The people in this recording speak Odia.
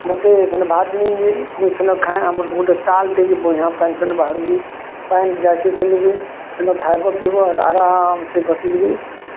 ମୋତେ ସେନୁ ଭାତ୍ ଦେଇଯାଏଁ ମୁଇଁ ସେନୁ ଖାଏଁ ଆମର୍ ଗୁଟେ ଟାପ୍ ଟେ ହୋଇଛି ବଢ଼ିବା ପାନ୍ ସେନୁ ବାହାରୁଚି ପାଇଁ ପାନ୍ ଯାଏଁସି ସେନିକି ସେନୁ ଖାଇବ ପିଇବ ଆରମ୍ ସେ ବସିକିରି